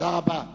תודה רבה.